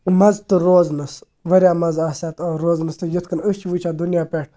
مَزٕ تہٕ روزنَس واریاہ مَزٕ آسہِ اَتہِ روزنَس تہٕ یِتھ کٔنۍ أسۍ چھِ وٕچھان دُنیا پٮ۪ٹھ